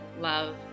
love